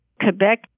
Quebec